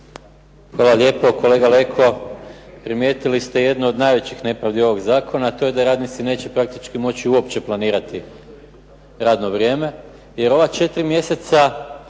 Hvala lijepo. Kolega Leko, primijetili ste jednu od najvećih nepravdi ovog zakona, a to je da radnici neće praktički moći uopće planirati radno vrijeme, jer ova 4 mjeseca,